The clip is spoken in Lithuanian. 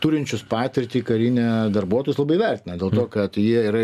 turinčius patirtį karinę darbuotojus labai vertina dėl to kad jie yra